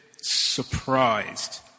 surprised